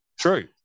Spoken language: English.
true